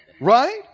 Right